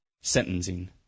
sentencing